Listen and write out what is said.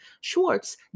Schwartz